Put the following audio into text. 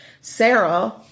Sarah